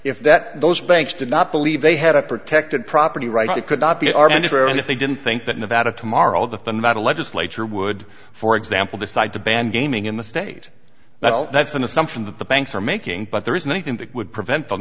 if that those banks did not believe they had a protected property rights that could not be arbitrary and if they didn't think that nevada tomorrow the financial legislature would for example decide to ban gaming in the state that that's an assumption that the banks are making but there isn't anything that would prevent from